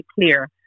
clear